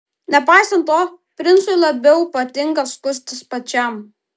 nepaisant to princui labiau patinka skustis pačiam